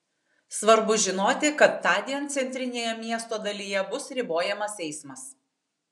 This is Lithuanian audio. svarbu žinoti kad tądien centrinėje miesto dalyje bus ribojamas eismas